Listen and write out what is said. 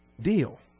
deal